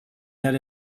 that